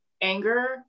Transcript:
anger